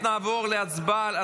הצבעה.